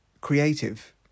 creative